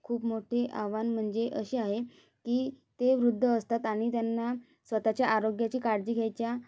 खूप मोठे आव्हान म्हणजे असे आहे की ते वृद्ध असतात आणि त्यांना स्वतःच्या आरोग्याची काळजी घ्यायच्या